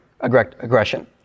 aggression